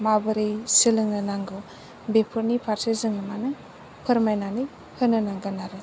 माबोरै सोलोंनो नांगौ बेफोरनि फारसे जों माने फोरमायनानै होनो नांगोन आरो